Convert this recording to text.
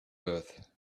birth